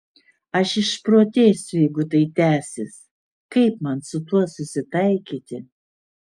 aš išprotėsiu jeigu tai tęsis kaip man su tuo susitaikyti